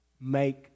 make